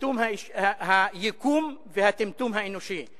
היקום והטמטום האנושי.